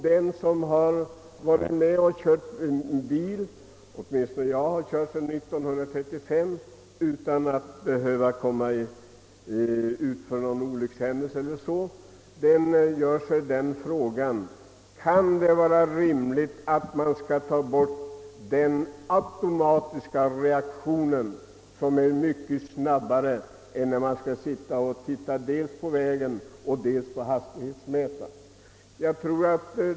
Alla som kör bil — jag har kört bil sedan 1935 utan att bli inblandad i någon olyckshändelse — ställer sig frågan: Kan det vara rimligt att minska förarens automatiska reaktion, som är snabbare när föraren slipper sitta och se dels på vägen och dels på hastighetsmätaren.